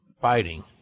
fighting